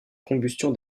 combustion